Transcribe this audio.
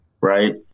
right